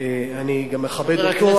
אני גם מכבד אותו,